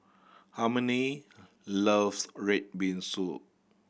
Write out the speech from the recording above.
Harmony loves red bean soup